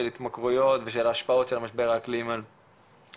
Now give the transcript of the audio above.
של התמכרויות ושל השפעות של המשבר אקלים על הנוער,